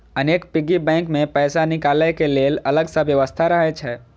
अनेक piggy bank मे पैसा निकालै के लेल अलग सं व्यवस्था रहै छै